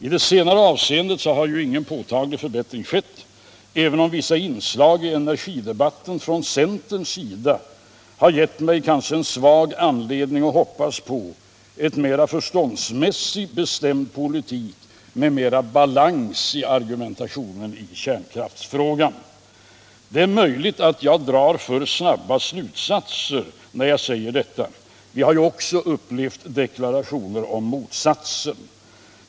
I det senare avseendet har inga påtagliga förbättringar skett, även om vissa inslag i energidebatten från centerns sida har gett mig en svag anledning att hoppas på en mer förståndsmässigt bestämd politik med mer balans i argumentationen i kärnkraftsfrågan. Det är möjligt att jag drar för snabba slutsatser när jag säger detta. Vi har ju också upplevt deklarationer om motsatsen.